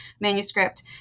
manuscript